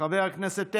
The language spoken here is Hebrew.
חבר הכנסת טסלר,